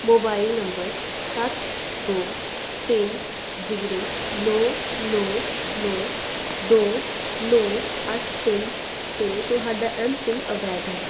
mobile number ਸੱਤ ਦੋ ਤਿੰਨ ਜ਼ੀਰੋ ਨੌਂ ਨੌਂ ਨੌਂ ਦੋ ਨੌਂ ਅੱਠ ਤਿੰਨ 'ਤੇ ਤੁਹਾਡਾ ਐੱਮਪਿੰਨ ਅਵੈਧ ਹੈ